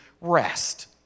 rest